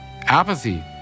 Apathy